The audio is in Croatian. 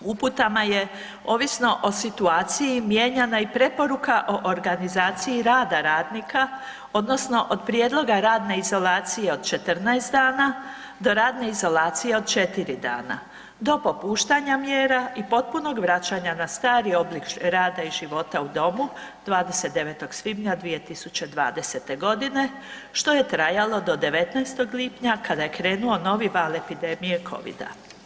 Uputama je ovisno o situaciji mijenjana i preporuka o organizaciji rada radnika odnosno od prijedloga radne izolacije od 14 dana do radne izolacije od 4 dana, do popuštanja mjera i potpunog vraćanja na stari oblik rada i života u domu 29. svibnja 2020. godine što je trajalo do 19. lipnja kada je krenu novi val epidemije covida.